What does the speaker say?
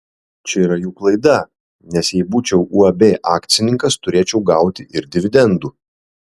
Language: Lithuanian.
čia yra jų klaida nes jei būčiau uab akcininkas turėčiau gauti ir dividendų